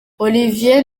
olivier